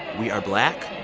we are black.